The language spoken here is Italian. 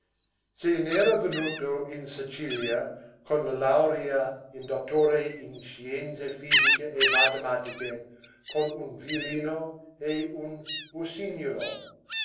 se n'era venuto in sicilia con la laurea di dottore in scienze fisiche e matematiche con un violino e un usignuolo